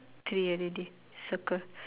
three already circle